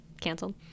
canceled